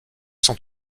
sont